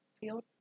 field